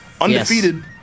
Undefeated